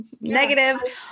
Negative